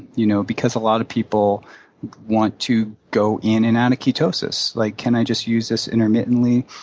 you know because a lot of people want to go in and out of ketosis. like, can i just use this intermittently?